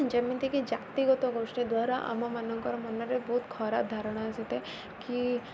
ଯେମିତିକି ଜାତିଗତ ଗୋଷ୍ଠୀ ଦ୍ୱାରା ଆମମାନଙ୍କର ମନରେ ବହୁତ ଖରାପ ଧାରଣା ଆସିଥାଏ କି